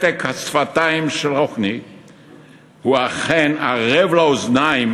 מתק השפתיים של רוחאני הוא אכן ערב לאוזניים,